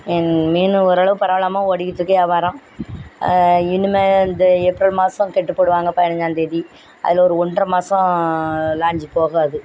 என் மீன் ஒரு அளவு பரவாயில்லாமா ஓடிகிட்டு இருக்குது வியாபாரம் இனிமேல் இந்த ஏப்ரல் மாதம் கேட்டு போடுவாங்க பதினைஞ்சாந்தேதி அதுல ஒரு ஒன்றரை மாதம் லாஞ்சு போகாது